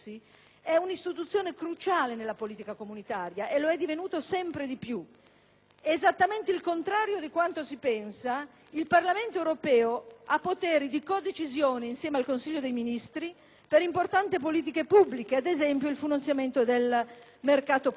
esattamente al contrario di quanto si pensi, il Parlamento europeo ha poteri di codecisione, insieme al Consiglio dei ministri, per importanti politiche pubbliche (ad esempio, per il finanziamento del mercato comune), e gli esiti di queste codecisioni e di questa dimensione di Governo